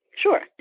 Sure